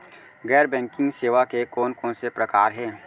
गैर बैंकिंग सेवा के कोन कोन से प्रकार हे?